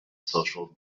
social